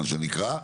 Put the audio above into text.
מה שנקרא,